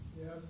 Yes